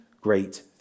great